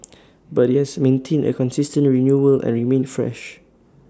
but IT has maintained A consistent renewal and remained fresh